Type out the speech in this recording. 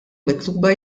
mitluba